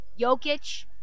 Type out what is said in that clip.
Jokic